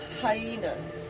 hyenas